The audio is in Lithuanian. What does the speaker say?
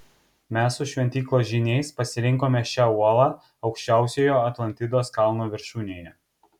mes su šventyklos žyniais pasirinkome šią uolą aukščiausiojo atlantidos kalno viršūnėje